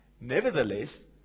Nevertheless